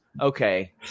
Okay